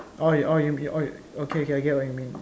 orh you orh you mean oh okay okay I get what you mean